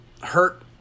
hurt